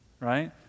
Right